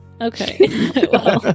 Okay